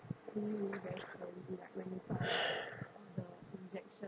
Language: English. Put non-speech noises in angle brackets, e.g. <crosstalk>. <breath>